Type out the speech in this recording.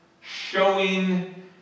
showing